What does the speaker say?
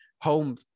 home